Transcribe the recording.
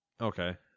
Okay